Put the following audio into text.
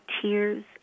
tears